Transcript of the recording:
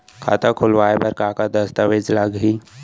खाता खोलवाय बर का का दस्तावेज लागही?